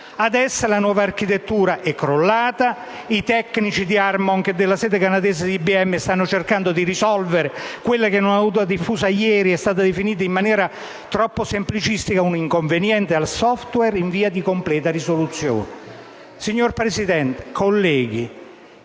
Adesso la nuova architettura è crollata. I tecnici di Armonk, sede canadese dell'IBM, stanno cercando di risolvere quello che, in una nota diffusa ieri, è stato definito in maniera troppo semplicistica un inconveniente al *software* in via di completa risoluzione. Signor Presidente, colleghi,